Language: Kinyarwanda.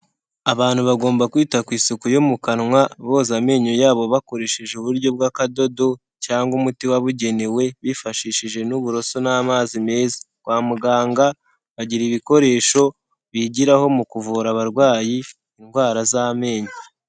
Abantu bagomba kwita ku isuku yo mu kanwa boza amenyo yabo bakoresheje uburyo bw'akadodo cyangwa umuti wabugenewe, bifashishije n'uburoso n'amazi meza. Kwa muganga bagira ibikoresho bigiraho mu kuvura abarwayi indwara z'amenyo.